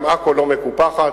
גם עכו לא מקופחת,